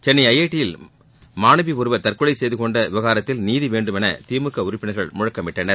Chennai I T யில் மாணவி ஒருவர் தற்கொலை செய்து கொண்ட விவகாரத்தில் நீதி வேண்டும் என திமுக உறுப்பினர்கள் முழக்கமிட்டனர்